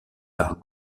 par